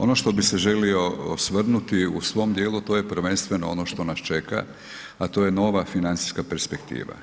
Ono što bi se želio osvrnuti u svom dijelu, to je prvenstveno ono što nas čeka, a to je nova financijska perspektiva.